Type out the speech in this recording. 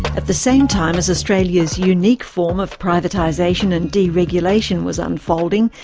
at the same time as australia's unique form of privatisation and deregulation was unfolding,